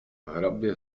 hrabě